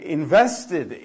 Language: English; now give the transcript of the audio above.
invested